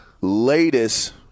latest